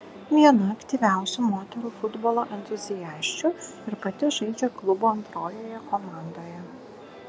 viena aktyviausių moterų futbolo entuziasčių ir pati žaidžia klubo antrojoje komandoje